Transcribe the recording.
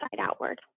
outward